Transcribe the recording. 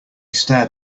stared